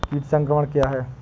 कीट संक्रमण क्या है?